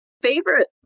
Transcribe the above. favorite